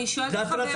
אני שואלת אותך באמת,